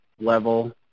level